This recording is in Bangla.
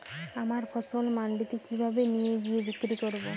আমার ফসল মান্ডিতে কিভাবে নিয়ে গিয়ে বিক্রি করব?